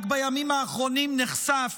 רק בימים האחרונים נחשף